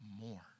more